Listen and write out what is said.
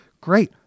great